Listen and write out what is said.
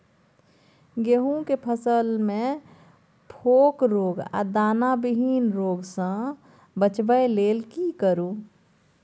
गेहूं के फसल मे फोक रोग आ दाना विहीन रोग सॅ बचबय लेल की करू?